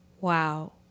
Wow